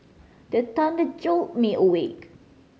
the thunder jolt me awake